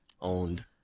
owned